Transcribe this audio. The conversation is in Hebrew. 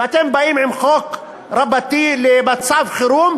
ואתם באים עם חוק רבתי למצב חירום.